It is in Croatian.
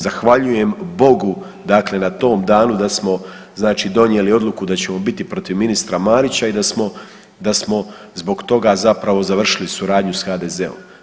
Zahvaljujem Bogu dakle na tom danu da smo donijeli odluku da ćemo biti protiv ministra Marića i da smo zbog toga zapravo završili suradnju sa HDZ-om.